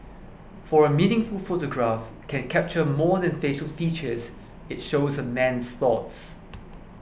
for a meaningful photograph can capture more than facial features it shows a man's thoughts